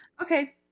okay